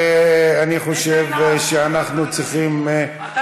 ואני חושב שאנחנו צריכים, ועדת הפנים.